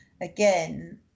again